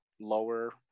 lower